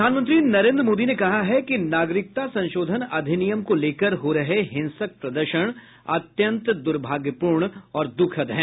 प्रधानमंत्री नरेन्द्र मोदी ने कहा है कि नागरिकता संशोधन अधिनियम को लेकर हो रहे हिंसक प्रदर्शन अत्यन्त दुर्भाग्यपूर्ण और दुखद है